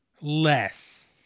less